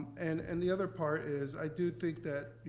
and and the other part is, i do think that,